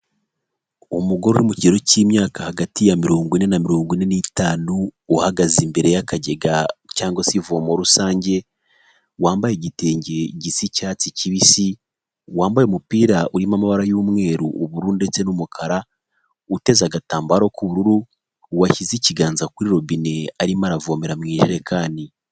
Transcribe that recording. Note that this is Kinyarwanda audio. Umugore uri mu kigero cy'imyaka hagati ya mirongo ine na mirongo ine n'itanu uhagaze imbere y'akagega cyangwa se ivomo rusange, wambaye igitenge gisa icyatsi kibisi, wambaye umupira urimo amabara y'umweru ubururu ndetse n'umukara, uteze agatambaro k'ubururu washyize ikiganza kuri robine arimo aravomera mu ijerekani.